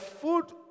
food